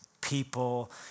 people